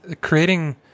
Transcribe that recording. creating